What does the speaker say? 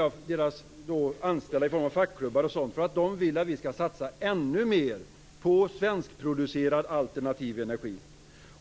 av deras anställda genom fackklubbar, för de vill att vi skall satsa ännu mer på svenskproducerad alternativ energi.